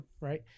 right